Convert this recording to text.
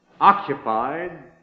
occupied